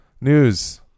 News